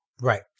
Right